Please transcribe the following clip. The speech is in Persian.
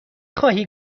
خواهی